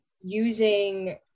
using